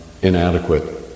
inadequate